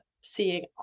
seeing